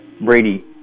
Brady